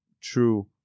true